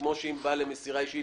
וכמו שאם בא למסירה אישית